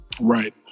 right